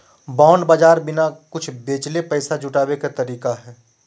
bond बाज़ार बिना कुछ बेचले पैसा जुटाबे के तरीका हइ